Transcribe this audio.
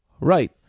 Right